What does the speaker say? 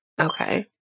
okay